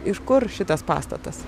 iš kur šitas pastatas